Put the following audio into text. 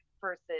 versus